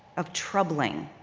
of troubling.